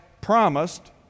promised